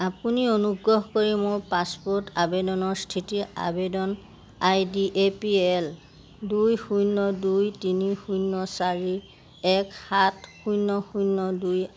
আপুনি অনুগ্ৰহ কৰি মোৰ পাছপোৰ্ট আবেদনৰ স্থিতি আবেদন I D A P L দুই শূন্য দুই তিনি শূন্য চাৰি এক সাত শূন্য শূন্য দুই